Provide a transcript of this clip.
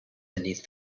beneath